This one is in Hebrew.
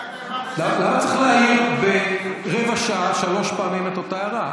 למה צריך להעיר ברבע שעה שלוש פעמים את אותה הערה?